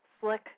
slick